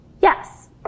Yes